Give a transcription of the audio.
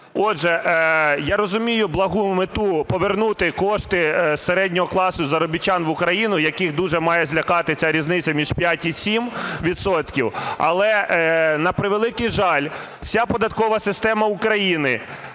Отже, я розумію благу мету повернути кошти середнього класу заробітчан в Україну, яких дуже має злякати ця різниця між 5 і 7 відсотків. Але, на превеликий жаль, вся податкова система України,